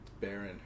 Baron